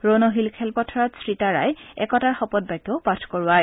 Rono hill খেলপথাৰত শ্ৰীতাৰাই একতাৰ শপত বাক্যও পাঠ কৰোৱায়